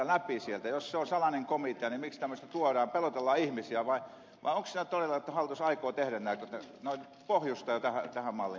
jos se on salainen komitea niin miksi tämmöistä tuodaan esille pelotellaan ihmisiä vai onko siinä todella niin että hallitus aikoo tehdä nämä pohjustaa jo tähän malliin tätä asiaa